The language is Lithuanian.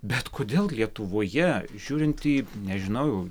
bet kodėl lietuvoje žiūrint į nežinau